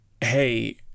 hey